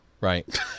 right